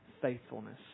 faithfulness